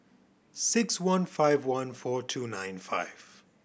six one five one four two nine five